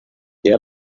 ihr